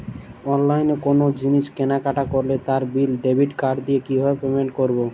অনলাইনে কোনো জিনিস কেনাকাটা করলে তার বিল ডেবিট কার্ড দিয়ে কিভাবে পেমেন্ট করবো?